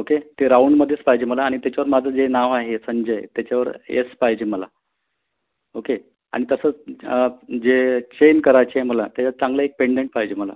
okay ते राउंडमध्येच पाहिजे मला आणि त्याच्यावर माझं जे नाव आहे संजय त्याच्यावर येस पाहिजे मला ओके आणि तसंच जे चेन करायची आहे मला त्याच्यात चांगलं एक पेंडंट पाहिजे मला